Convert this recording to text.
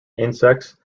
insects